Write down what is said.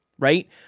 right